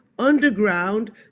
underground